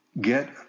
Get